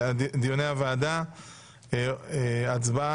היום יום שלישי, ה' באדר ב' התשפ"ב,